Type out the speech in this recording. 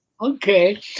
Okay